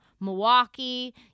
Milwaukee